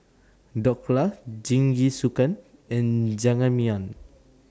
Dhokla Jingisukan and Jajangmyeon